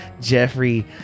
Jeffrey